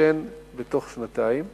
תתיישן בתוך שנתיים